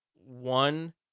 One